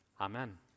Amen